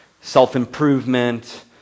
self-improvement